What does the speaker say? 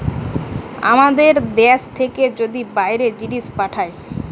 আমাদের দ্যাশ থেকে যদি বাইরে জিনিস পাঠায়